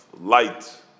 light